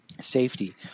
safety